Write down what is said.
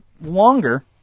longer